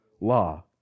law